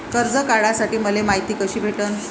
कर्ज काढासाठी मले मायती कशी भेटन?